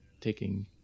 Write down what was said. taking